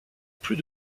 plus